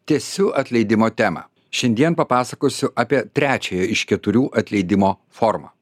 tęsiu atleidimo temą šiandien papasakosiu apie trečiąją iš keturių atleidimo formą